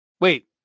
Wait